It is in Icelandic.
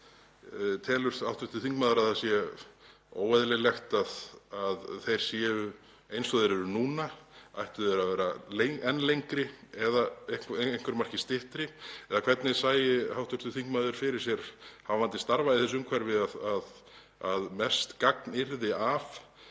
hv. þingmaður að það sé óeðlilegt að þeir séu eins og þeir eru núna? Ættu þeir að vera enn lengri eða að einhverju marki styttri? Eða hvernig sæi hv. þingmaður fyrir sér, hafandi starfað í þessu umhverfi, að mest gagn yrði af